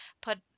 put